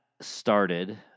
started